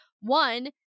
One